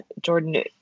Jordan